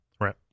right